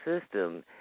system